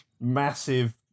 massive